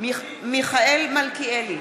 מיכאל מלכיאלי,